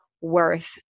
worth